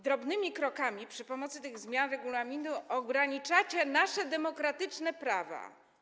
Drobnymi krokami za pomocą tych zmian regulaminu ograniczacie nasze demokratyczne prawa.